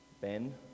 Ben